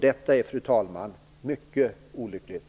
Detta är, fru talman, mycket olyckligt!